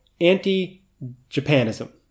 anti-Japanism